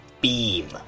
beam